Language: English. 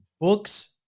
books